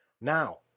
Now